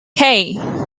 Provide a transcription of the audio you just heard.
hey